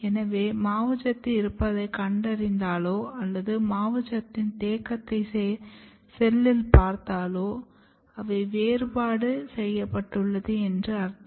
எனவே மாவுசத்து இருப்பதை கண்டறிந்தாலோ அல்லது மாவுச்சத்தின் தேக்கத்தை செல்லில் பார்த்தாலோ அவை வேறுபாடு செய்யப்பட்டுள்ளது என்று அர்த்தம்